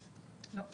לא.